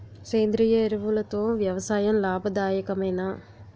సేంద్రీయ ఎరువులతో వ్యవసాయం లాభదాయకమేనా?